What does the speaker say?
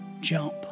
jump